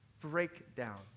breakdown